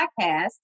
podcast